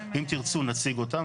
אם תרצו נציג אותם,